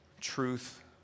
truth